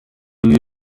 you